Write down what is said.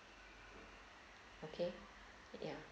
okay ya